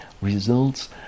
results